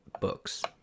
books